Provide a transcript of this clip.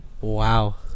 Wow